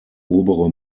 obere